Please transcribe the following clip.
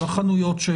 כל החנויות.